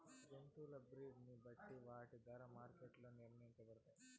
జంతువుల బ్రీడ్ ని బట్టి వాటి ధరలు మార్కెట్ లో నిర్ణయించబడతాయి